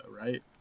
right